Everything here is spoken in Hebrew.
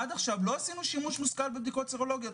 עד עכשיו לא עשינו שימוש מושכל בבדיקות סרולוגיות.